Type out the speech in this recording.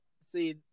see